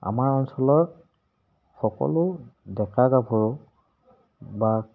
আমাৰ অঞ্চলত সকলো ডেকা গাভৰুক বা